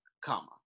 comma